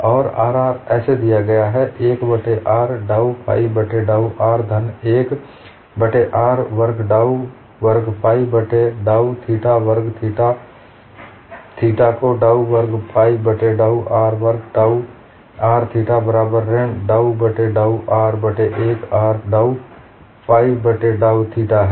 और sigma rr को ऐसे दिया गया है 1 बट्टे r डाउ फाइ बट्टे डाउ r धन 1 बट्टे r वर्ग डाउ वर्ग फाइ बट्टे डाउ थीटा वर्ग सिग्मा थीटा थीटा को डाउ वर्ग फाइ बट्टे डाउ r वर्ग टाउ r थीटा बराबर ऋण डाउ बट्टे डाउ r of 1 बट्टे r डाउ फाइ बट्टे डाउ थीटा है